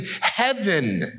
heaven